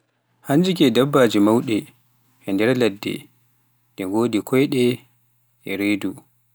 Hannji ke dabbaaji mauɗi e nder ladde, nɗi ngodi koyɗe e reedu.